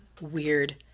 weird